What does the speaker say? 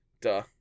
Duh